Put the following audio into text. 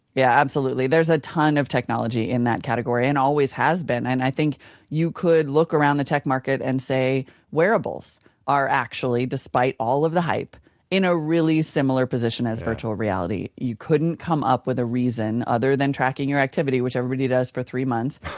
yeah, absolutely. there's a ton of technology in that category and always has been. and i think you could look around the tech market and say wearables are actually despite all of the hype in a really similar position as a virtual reality. you couldn't come up with a reason other than tracking your activity, which everybody does for three months,